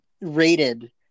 rated